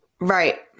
Right